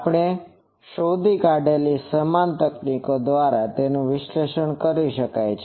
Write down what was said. આપણે શોધી કાઢેલી સમાન તકનીકો દ્વારા તેઓનું વિશ્લેષણ કરી શકાય છે